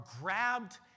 grabbed